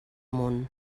món